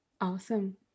Awesome